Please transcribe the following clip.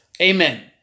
Amen